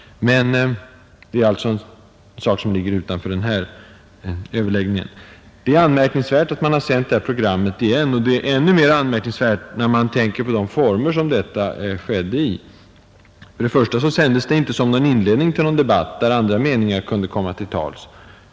Men det är alltså en sak som ligger utanför den här överläggningen. Det är anmärkningsvärt att Sveriges Radio har sänt detta program igen. Än mer anmärkningsvärda är de former under vilka det skedde. För det första sändes inte programmet som inledning till någon debatt, där andra meningar kunde komma till tals.